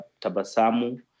Tabasamu